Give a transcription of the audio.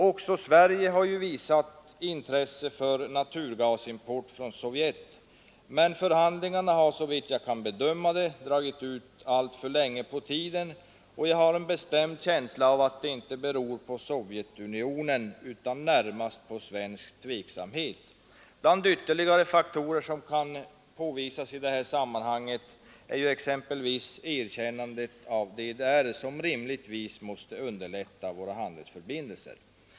Även Sverige har visat intresse för naturgasimport från Sovjet, men förhandlingarna har såvitt jag kan bedöma dragit ut alltför länge på tiden, och jag har en bestämd känsla av att det inte beror på Sovjetunionen, utan närmast på svensk tveksamhet. Bland ytterligare faktorer som kan påpekas i det här sammanhanget är erkännandet av DDR, som rimligtvis måste underlätta våra handelsförbindelser.